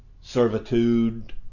servitude